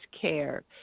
care